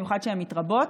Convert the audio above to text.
במיוחד כשהן מתרבות,